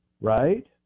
right